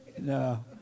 No